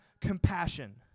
compassion